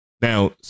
now